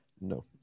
No